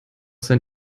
sein